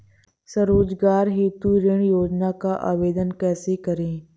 स्वरोजगार हेतु ऋण योजना का आवेदन कैसे करें?